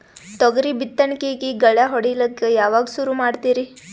ತೊಗರಿ ಬಿತ್ತಣಿಕಿಗಿ ಗಳ್ಯಾ ಹೋಡಿಲಕ್ಕ ಯಾವಾಗ ಸುರು ಮಾಡತೀರಿ?